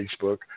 Facebook